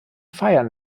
feiern